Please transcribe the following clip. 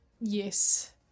Yes